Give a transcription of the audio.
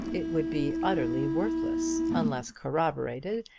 it would be utterly worthless unless corroborated,